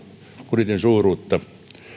budjetin suuruutta